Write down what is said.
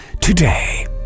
today